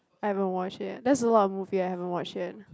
I haven't watch yet that's a lot of movie I haven't watch yet